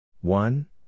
One